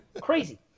Crazy